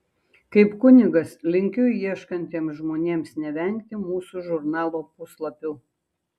kaip kunigas linkiu ieškantiems žmonėms nevengti mūsų žurnalo puslapių